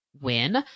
win